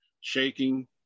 shaking